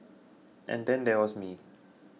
and then there was me